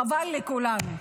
חבל לכולנו.